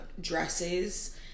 dresses